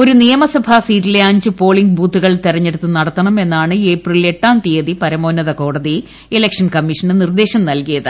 ഒരു നിയമസഭ സീറ്റിലെ അഞ്ച് പോളിംഗ് ബൂത്തുകൾ തെരഞ്ഞെടുത്ത് നടത്തണം എന്നാണ് ഏപ്രിൽ എട്ടാം തീയതി പരമോന്നത കോടതി ഇലക്ഷൻ കമ്മീഷന് നിർദ്ദേശം നല്കിയത്